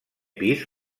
pis